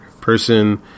person